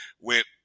Went